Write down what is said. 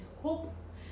hope